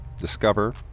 discover